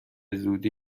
زودی